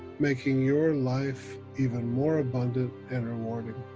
making your life even more abundant and rewarding.